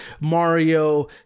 Mario